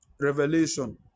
Revelation